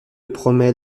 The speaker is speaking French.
promets